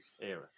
era